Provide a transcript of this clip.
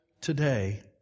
today